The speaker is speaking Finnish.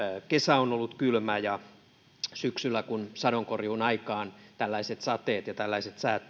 kesä on ollut kylmä syksyllä kun sadonkorjuun aikaan tällaiset sateet ja tällaiset säät